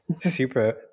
Super